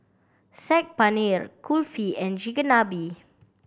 Saag Paneer Kulfi and Chigenabe